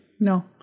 No